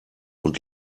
und